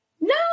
no